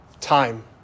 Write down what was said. Time